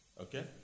okay